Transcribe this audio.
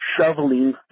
shoveling